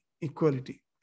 equality